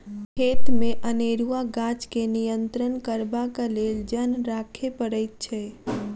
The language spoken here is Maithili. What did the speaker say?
खेतमे अनेरूआ गाछ के नियंत्रण करबाक लेल जन राखय पड़ैत छै